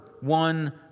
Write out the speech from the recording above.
one